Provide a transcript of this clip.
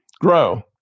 grow